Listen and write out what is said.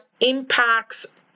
impacts